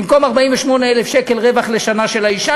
במקום 48,000 שקל רווח לשנה של האישה,